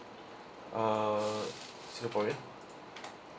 uh singaporean